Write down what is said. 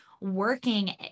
working